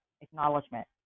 Acknowledgement